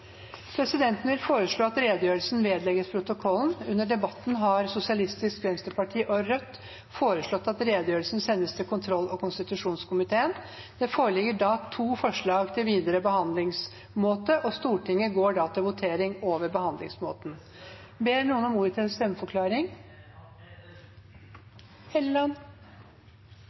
Presidenten vil foreslå at redegjørelsen vedlegges protokollen. Under debatten har Sosialistisk Venstreparti og Rødt foreslått at redegjørelsen sendes til kontroll- og konstitusjonskomiteen. Det foreligger da to forslag til videre behandlingsmåte, og Stortinget går til votering over behandlingsmåten. Ber noen om ordet til en stemmeforklaring? Representanten Helleland